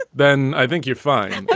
then i think you're fine.